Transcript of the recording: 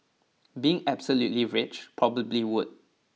being absolutely rich probably would